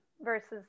versus